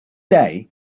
day